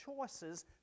choices